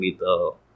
little